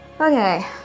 Okay